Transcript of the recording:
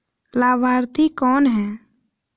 लाभार्थी कौन है?